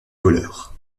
voleurs